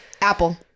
Apple